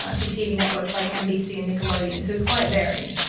ah to tv networks like nbc and nickelodeon. so it's quite varied.